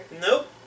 Nope